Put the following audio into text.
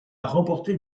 remporté